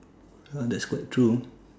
oh that's quite true